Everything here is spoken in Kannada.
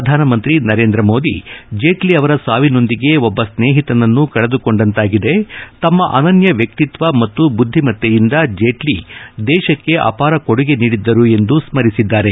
ಪ್ರಧಾನಮಂತ್ರಿ ನರೇಂದ್ರಮೋದಿ ಜೇಟ್ಲಿ ಅವರ ಸಾವಿನೊಂದಿಗೆ ಒಬ್ಬ ಸ್ತೇಹಿತನನ್ನು ಕಳೆದುಕೊಂಡಂತಾಗಿದೆ ತಮ್ಮ ಅನನ್ಯ ವ್ಯಕ್ತಿತ್ವ ಮತ್ತು ಬುದ್ದಿಮತ್ತೆಯಿಂದ ಜೇಟ್ಲಿ ದೇಶಕ್ಕೆ ಅಪಾರ ಕೊಡುಗೆ ನೀಡಿದ್ದರು ಎಂದು ಸ್ಮರಿಸಿದ್ದಾರೆ